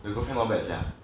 the girlfriend not bad sia